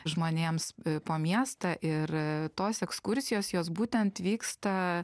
žmonėms po miestą ir tos ekskursijos jos būtent vyksta